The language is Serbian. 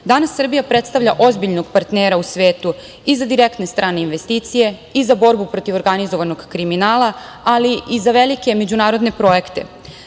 Danas Srbija predstavlja ozbiljnog partnera u svetu i za direktne strane investicije i za borbu protiv organizovanog kriminala, ali i za velike međunarodne projekte.